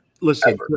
Listen